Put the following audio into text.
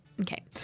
Okay